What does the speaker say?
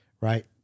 Right